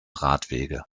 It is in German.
radwege